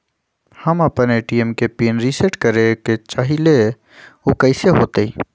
हम अपना ए.टी.एम के पिन रिसेट करे के चाहईले उ कईसे होतई?